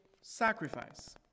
sacrifice